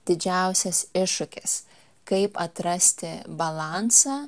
didžiausias iššūkis kaip atrasti balansą